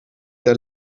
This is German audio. der